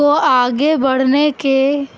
کو آگے بڑھنے کے